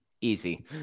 Easy